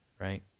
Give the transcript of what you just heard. right